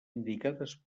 indicades